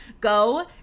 go